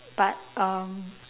but um